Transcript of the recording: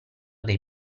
dai